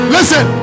Listen